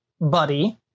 Buddy